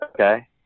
Okay